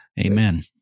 Amen